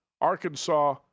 Arkansas –